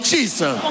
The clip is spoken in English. Jesus